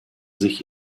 sich